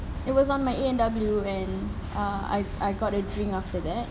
it was on my A&W and err I I got a drink after that or